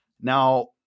now